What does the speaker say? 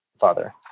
father